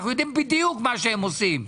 אנחנו יודעים בדיוק מה הם עושים.